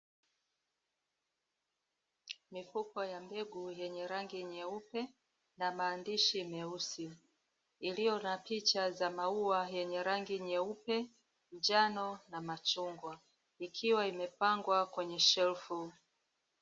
Mifuko ya mbegu yenye rangi nyeupe na maandishi meusi, iliyo na picha za maua yenye rangi nyeupe, njano na machungwa, ikiwa imepangwa kwenye shelfu.